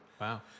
Wow